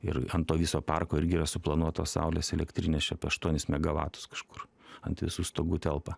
ir ant to viso parko irgi yra suplanuotos saulės elektrinėse čia apie aštuonis megavatus kažkur ant visų stogų telpa